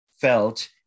felt